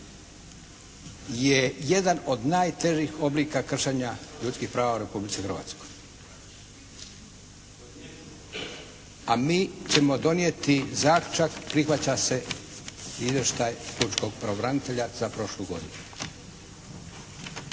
je jedan od najtežih oblika kršenja ljudskih prava u Republici Hrvatskoj. A mi ćemo donijeti zaključak prihvaća se Izvještaj pučkog pravobranitelja za prošlu godinu.